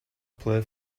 play